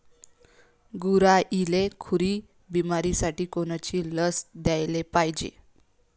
गुरांइले खुरी बिमारीसाठी कोनची लस द्याले पायजे?